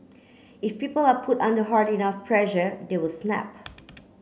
if people are put under hard enough pressure they will snap